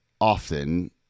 often